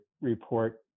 report